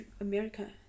America